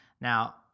Now